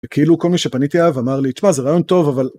כאילו כל מי שפניתי אליו אמר לי תשמע זה רעיון טוב אבל.